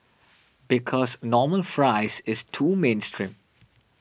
because normal fries is too mainstream